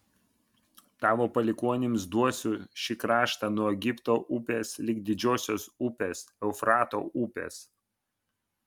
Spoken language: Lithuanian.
tavo palikuonims duosiu šį kraštą nuo egipto upės lig didžiosios upės eufrato upės